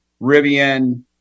Rivian